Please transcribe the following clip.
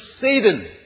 Satan